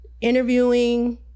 interviewing